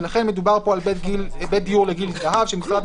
ולכן מדובר פה על בית דיור לגיל הזהב שמשרד